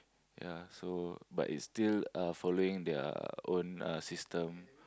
ya so but it's still uh following their own uh system